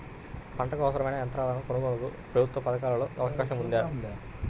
పంటకు అవసరమైన యంత్రాల కొనగోలుకు ప్రభుత్వ పథకాలలో అవకాశం ఉందా?